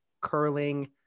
curling